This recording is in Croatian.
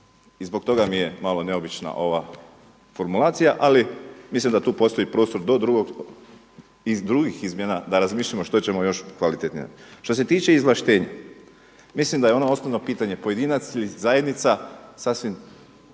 i zbog toga mi je malo neobična ova formulacija, ali mislim da tu postoji prostor iz drugih izmjena da razmišljamo što ćemo još kvalitetnije. Što se tiče izvlaštenja, mislim da je ono osnovno pitanje pojedinac ili zajednica sasvim